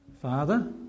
father